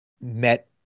met